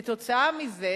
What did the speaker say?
כתוצאה מזה,